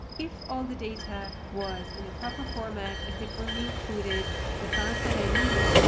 if all the data was in a proper format, if it only included the files that i need,